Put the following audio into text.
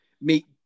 meet